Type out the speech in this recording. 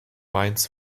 mainz